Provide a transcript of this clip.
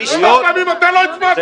כמה פעמים אתה לא הצבעת?